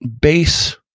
base